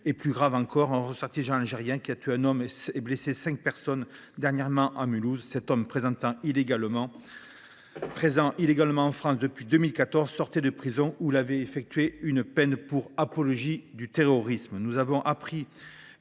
Plus grave encore, un ressortissant algérien a tué un homme et blessé cinq personnes dernièrement à Mulhouse ; cet homme, présent illégalement en France depuis 2014, sortait de prison où il avait effectué une peine pour apologie du terrorisme. Nous avons appris,